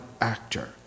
actor